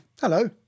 hello